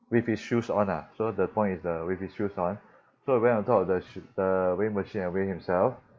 with his shoes on ah so the point is uh with his shoes on so he went on top of the sh~ the weighing machine and weigh himself